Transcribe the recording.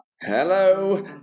Hello